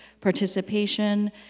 participation